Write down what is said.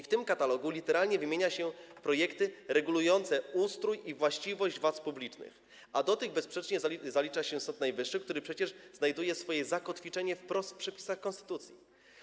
W tym katalogu literalnie wymienia się projekty regulujące ustrój i właściwość władz publicznych, a do tych bezsprzecznie zalicza się Sąd Najwyższy, który przecież znajduje zakotwiczenie wprost w przepisach konstytucji.